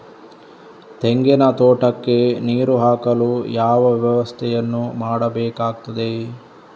ತೆಂಗಿನ ತೋಟಕ್ಕೆ ನೀರು ಹಾಕಲು ಯಾವ ವ್ಯವಸ್ಥೆಯನ್ನು ಮಾಡಬೇಕಾಗ್ತದೆ?